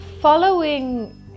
following